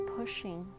pushing